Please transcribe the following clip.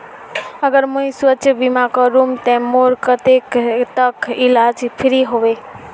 अगर मुई स्वास्थ्य बीमा करूम ते मोर कतेक तक इलाज फ्री होबे?